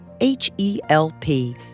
H-E-L-P